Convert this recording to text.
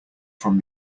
from